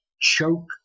choke